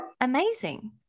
Amazing